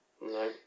No